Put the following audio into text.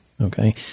Okay